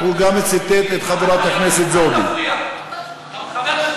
חבר הכנסת חזן, חבר הכנסת חזן, אתה דיברת.